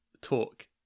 talk